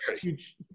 huge